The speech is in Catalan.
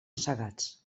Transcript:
segats